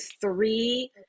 three